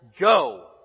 go